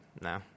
No